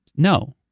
No